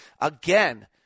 Again